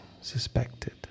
suspected